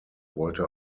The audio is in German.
wollte